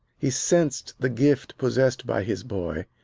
he sensed the gift possessed by his boy,